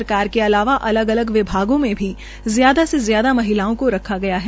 सरकार के अलावा अलग अलग विभागों में भी ज्यादा से ज्यादा महिलाओं को रखा गया है